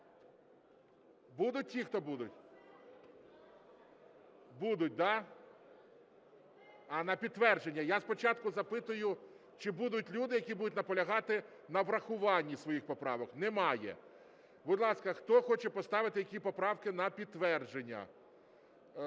Будуть ті, хто будуть? Будуть, да? А, на підтвердження? Я спочатку запитую, чи будуть люди, які будуть наполягати на врахуванні своїх поправок. Немає. Будь ласка, хто хоче поставити, які поправки, на підтвердження?